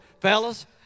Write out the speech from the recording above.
fellas